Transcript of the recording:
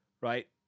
right